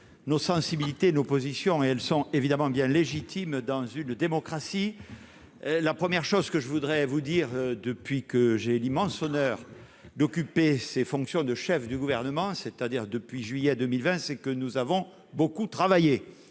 nos sensibilités, nos positions et elles sont évidemment bien légitime dans une démocratie, la première chose que je voudrais vous dire depuis que j'ai eu l'immense honneur d'occuper ses fonctions de chef du gouvernement, c'est-à-dire depuis juillet 2020, c'est que nous avons beaucoup travaillé